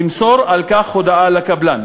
ימסור על כך הודעה לקבלן,